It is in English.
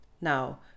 Now